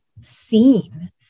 seen